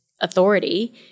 authority